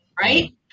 right